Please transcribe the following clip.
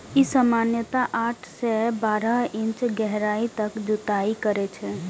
ई सामान्यतः आठ सं बारह इंच गहराइ तक जुताइ करै छै